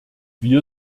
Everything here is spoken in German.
wir